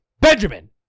benjamin